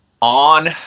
On